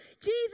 Jesus